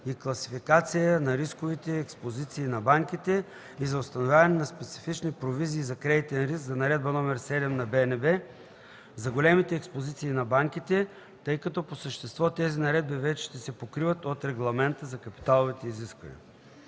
и класификация на рисковите експозиции на банките и за установяване на специфични провизии за кредитен риск, за Наредба № 7 на БНБ за големите експозиции на банките, тъй като по същество тези наредби вече ще се покриват от Регламента за капиталовите изисквания.